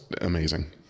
amazing